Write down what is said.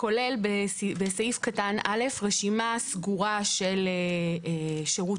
כולל בסעיף קטן (א) רשימה סגורה של שירותים